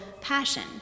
passion